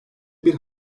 bir